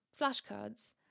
flashcards